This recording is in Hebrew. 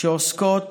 שעוסקות